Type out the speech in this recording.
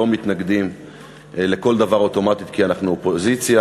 לא מתנגדים לכל דבר אוטומטית כי אנחנו אופוזיציה.